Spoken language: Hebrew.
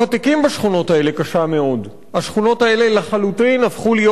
השכונות האלה לחלוטין הפכו להיות למקומות לא בטוחים,